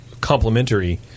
complementary